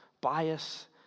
bias